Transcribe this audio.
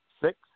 six